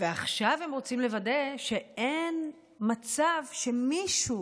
עכשיו הם רוצים לוודא שאין מצב שמישהו